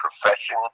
profession